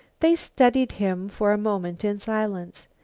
they studied him for a moment in silence.